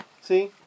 See